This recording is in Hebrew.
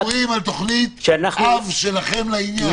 אתם סגורים על תוכנית אב שלכם לעניין.